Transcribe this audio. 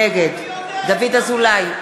נגד דוד אזולאי,